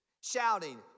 shouting